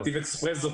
נתיב אקספרס זאת